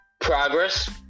progress